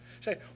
say